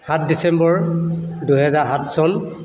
সাত ডিচেম্বৰ দুহেজাৰ সাত চন